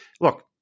look